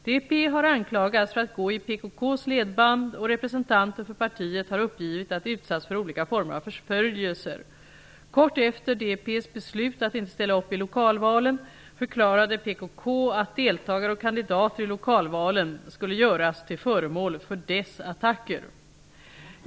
DEP har anklagats för att gå i PKK:s ledband och representanter för partiet har uppgivit att de utstts för olika former av förföljelser. Kort efter DEP:s beslut att inte ställa upp i lokalvalen förklarade PKK att deltagare och kandidater i lokalvalen skulle göras till föremål för dess attacker.